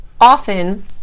often